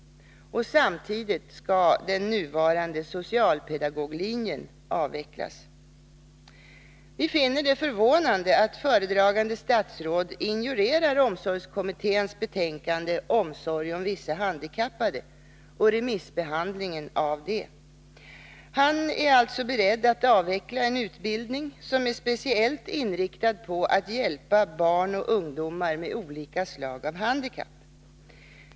Samtidigt skall den nuvarande socialpedagoglinjen avvecklas. Vi finner det förvånande att föredragande statsrådet ignorerar omsorgskommitténs betänkande Omsorg om vissa handikappade och remissbehandlingen av det. Han är alltså beredd att avveckla en utbildning som är speciellt inriktad på att hjälpa barn och ungdomar med olika slag av handikapp.